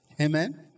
Amen